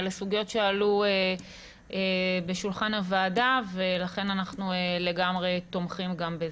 אלה סוגיות שעלו בשולחן הוועדה ולכן אנחנו לגמרי תומכים גם בזה.